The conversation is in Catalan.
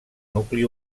nucli